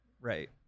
Right